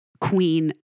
queen